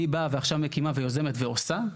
אני באה ועכשיו מקימה ויוזמת ועושה,